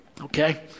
okay